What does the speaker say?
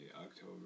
October